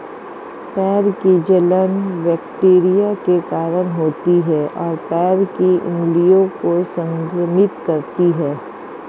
पैर की जलन बैक्टीरिया के कारण होती है, और पैर की उंगलियों को संक्रमित करती है